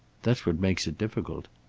that's what makes it difficult.